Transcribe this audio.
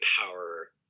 power